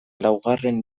laugarren